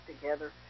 together